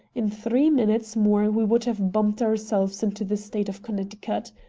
in three minutes more we would have bumped ourselves into the state of connecticut.